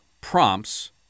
prompts